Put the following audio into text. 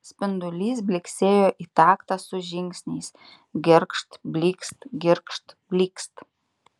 spindulys blyksėjo į taktą su žingsniais girgžt blykst girgžt blykst